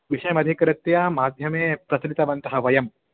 विषयमधिकृत्य माध्यमे प्रचलितवन्तः वयं